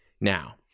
now